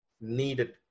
needed